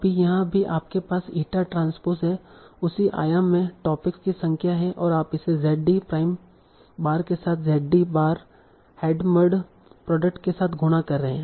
अभी यहां भी आपके पास ईटा ट्रांसपोज़ है उसी आयाम में टॉपिक्स की संख्या है और आप इसे Z d प्राइम बार के साथ Z d bar Hadamard product के साथ गुणा कर रहे हैं